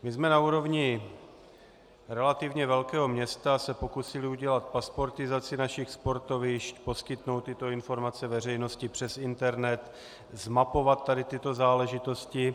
My jsme se na úrovni relativně velkého města pokusili udělat pasportizaci našich sportovišť, poskytnout tyto informace veřejnosti přes internet, zmapovat tyto záležitosti.